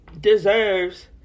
deserves